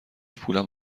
پولم